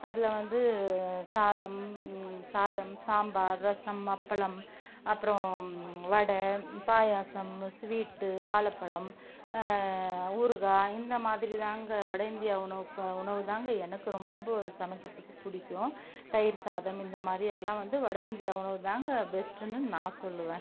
அதில் வந்து சாதம் சாதம் சாம்பார் ரசம் அப்பளம் அப்புறம் வடை பாயாசம் ஸ்வீட்டு வாழைப்பழம் ஊறுகாய் இந்த மாதிரி தாங்க வடஇந்தியா உணவு உணவுதாங்க எனக்கு ரொம்ப சமைக்கிறதுக்கு பிடிக்கும் தயிர்சாதம் இந்தமாதிரி எல்லாம் வந்து வடஇந்தியா உணவுதாங்க பெஸ்ட்டுன்னு நான் சொல்லுவேன்